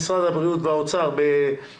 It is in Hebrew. משרד הבריאות ומשרד האוצר במהירות,